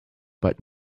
but